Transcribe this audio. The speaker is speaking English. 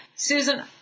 Susan